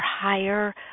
higher